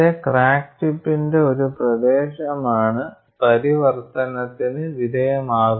crack tip മെറ്റീരിയലിന്റെ ഒരു പ്രദേശമാണ് പരിവർത്തനത്തിന് വിധേയമാകുന്നത്